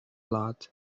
lot